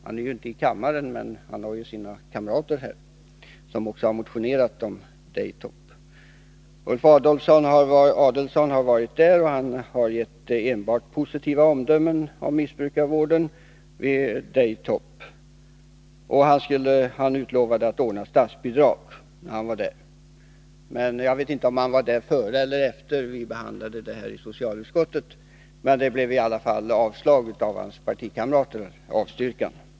Han är inte i kammaren, men han har sina kamrater här, som också har motionerat om Daytop. Ulf Adelsohn har varit där, och han har gett enbart positiva omdömen om missbrukarvården vid Daytop. Han lovade att ordna statsbidrag när han var där. Jag vet inte om hans besök ägde rum före behandlingen i socialutskottet, men hans partikamrater avstyrkte i alla fall förslaget.